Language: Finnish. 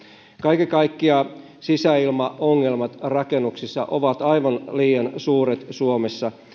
kaiken kaikkiaan sisäilmaongelmat rakennuksissa ovat aivan liian suuret suomessa